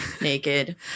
naked